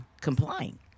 complying